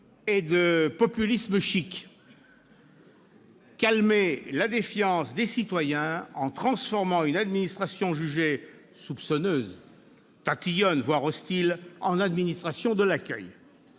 et de populisme chic : calmer la défiance des citoyens en transformant une administration jugée soupçonneuse, tatillonne, voire hostile en administration de l'accueil.